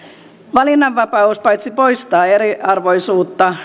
valinnanvapaus paitsi poistaa eriarvoisuutta